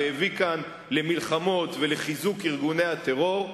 והביא כאן למלחמות ולחיזוק ארגוני הטרור,